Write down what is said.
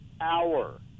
hour